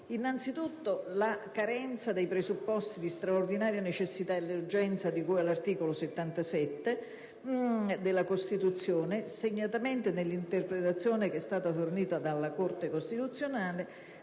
riferisco alla carenza dei presupposti di straordinaria necessità ed urgenza di cui all'articolo 77 della Costituzione, segnatamente nell'interpretazione che è stata fornita dalla Corte costituzionale